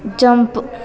jump